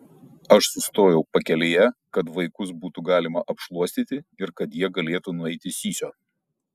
aš sustojau pakelėje kad vaikus būtų galima apšluostyti ir kad jie galėtų nueiti sysio